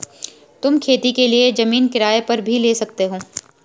तुम खेती के लिए जमीन किराए पर भी ले सकते हो